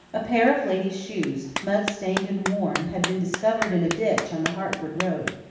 a pair of ladies' shoes, mud-stained and worn, had been discovered in a ditch on the hertford road,